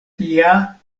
tia